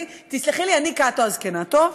תסלחי לי, אני קאטו הזקנה, טוב?